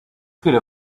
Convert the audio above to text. could